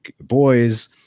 boys